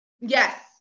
Yes